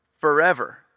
forever